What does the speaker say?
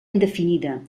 indefinida